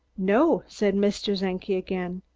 no, said mr. czenki again.